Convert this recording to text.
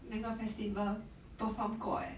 那个 festival perform 过 eh